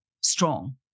strong